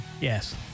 Yes